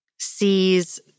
Sees